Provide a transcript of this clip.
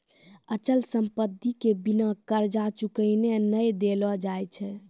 अचल संपत्ति के बिना कर्जा चुकैने नै देलो जाय छै